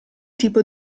tipo